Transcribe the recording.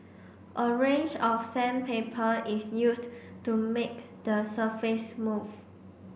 a range of sandpaper is used to make the surface smooth